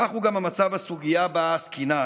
כך הוא גם המצב בסוגיה שבה עסקינן.